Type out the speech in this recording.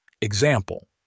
Example